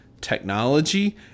technology